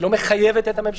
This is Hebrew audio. היא לא מחייבת את הממשלה,